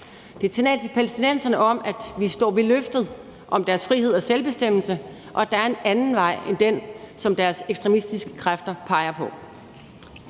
Det er et signal til palæstinenserne om, at vi står ved løftet om deres frihed og selvbestemmelse, og at der er en anden vej end den, som deres ekstremistiske kræfter peger på.